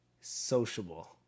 sociable